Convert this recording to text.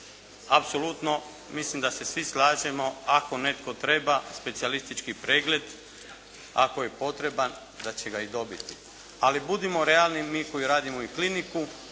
Apsolutno mislim da se svi slažemo ako netko treba specijalistički pregled, ako je potreban da će ga i dobiti. Ali budimo realni i mi koji radimo i kliniku